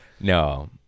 No